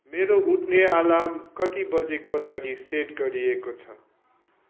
मेरो उठ्ने अलार्म कति बजेको लागि सेट गरिएको छ